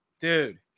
dude